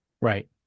Right